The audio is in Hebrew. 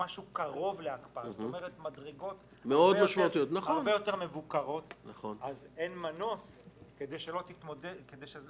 זאת אומרת מדרגות יותר מבוקרות, אין מנוס מלפתור